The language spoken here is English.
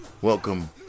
Welcome